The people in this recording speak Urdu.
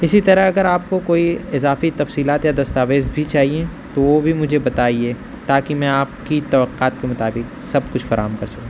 اسی طرح اگر آپ کو کوئی اضافی تفصیلات یا دستاویز بھی چاہیے تو وہ بھی مجھے بتائیے تاکہ میں آپ کی توقعات کے مطابق سب کچھ فراہم کر سوں